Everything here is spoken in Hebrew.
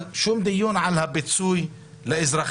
אבל שום דיון על הפיצוי לאזרחים,